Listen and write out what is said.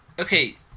Okay